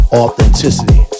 authenticity